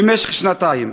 במשך שנתיים.